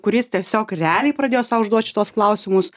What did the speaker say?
kuris tiesiog realiai pradėjo sau užduot tuos klausimus